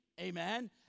amen